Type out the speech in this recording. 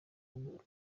rwo